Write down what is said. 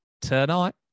tonight